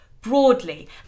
Broadly